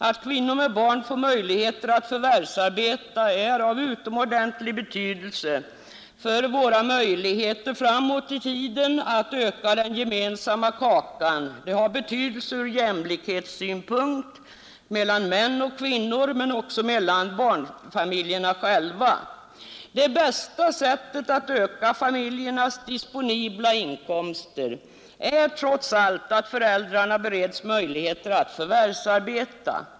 Att kvinnor med barn får möjligheter att förvärvsarbeta är av utomordentlig betydelse för våra möjligheter att framåt i tiden öka den gemensamma kakan, och det har betydelse för uppnåendet av jämlikhet mellan män och kvinnor men också mellan barnfamiljerna själva. Det bästa sättet att öka familjernas disponibla inkomster är att föräldrarna bereds möjligheter att förvärvsarbeta.